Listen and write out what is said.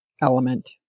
element